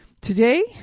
today